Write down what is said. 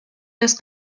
los